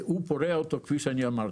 והוא פורע אותו כפי שאמרתי.